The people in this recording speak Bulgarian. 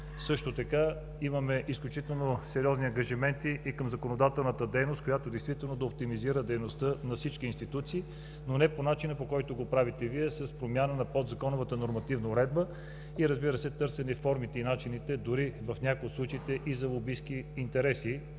също така имаме изключително сериозни ангажименти и към законодателната дейност, която действително да оптимизира дейността на всички институции, но не по начина, който го правите Вие – с промяна на подзаконовата нормативна уредба и, разбира се, търсене формите и начините, дори в някой от случаите и за лобистки интереси.